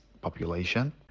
population